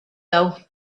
though